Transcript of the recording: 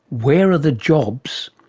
where are the jobs?